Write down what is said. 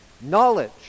Knowledge